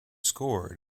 scored